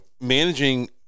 managing –